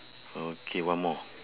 okay one more